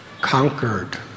conquered